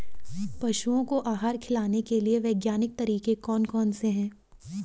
पशुओं को आहार खिलाने के लिए वैज्ञानिक तरीके कौन कौन से हैं?